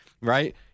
right